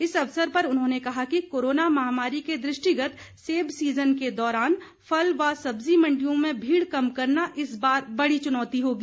इस अवसर पर उन्होंने कहा कि कोरोना महामारी के दृष्टिगत सेब सीज़न के दौरान फल व सब्जी मंडियों में भीड़ कम करना इस बार बड़ी चुनौती होगी